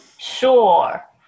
sure